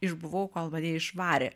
išbuvau kol mane išvarė